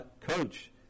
Coach